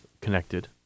connected